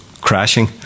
crashing